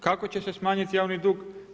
Kako će se smanjiti javni dug?